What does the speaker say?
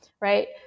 right